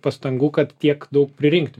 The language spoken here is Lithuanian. pastangų kad tiek daug pririnkti